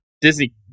Disney